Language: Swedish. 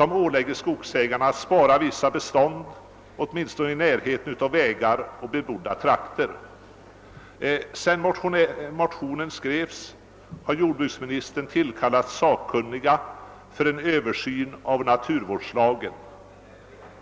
innebärande att skogsägarna åläggs att spara vissa bestånd åtminstone i närheten av vägar och bebodda trakter. Sedan motionerna skrevs har jordbruksministern tillkallat sakkunniga för en översyn av naturvårdslagen.